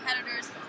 competitors